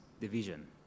division